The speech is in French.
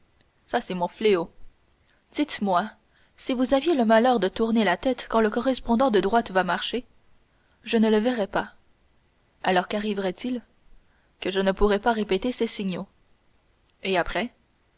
ça c'est mon fléau dites-moi si vous aviez le malheur de tourner la tête quand le correspondant de droite va marcher je ne le verrais pas alors qu'arriverait-il que je ne pourrais pas répéter ses signaux et après